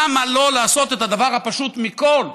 למה לא לעשות את הדבר הפשוט מכול,